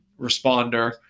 responder